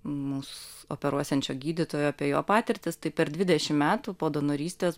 mus operuosiančio gydytojo apie jo patirtis tai per dvidešim metų po donorystės